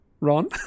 Ron